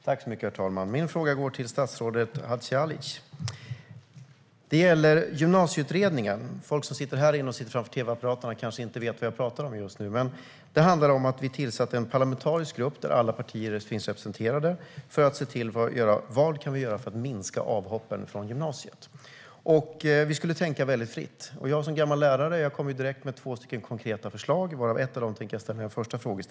Herr talman! Min fråga går till statsrådet Hadzialic och gäller Gymnasieutredningen. Folk som sitter på åhörarläktaren eller som sitter vid tvapparaterna kanske inte vet vad jag talar om just nu, men det handlar om att vi tillsatte en parlamentarisk grupp där alla partier finns representerade för att komma fram till vad vi kan göra för att minska antalet avhopp från gymnasiet. Vi skulle tänka mycket fritt. Jag som är gammal lärare kom direkt med två konkreta förslag. Ett av dessa förslag tänker jag ta upp i min första fråga.